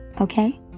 Okay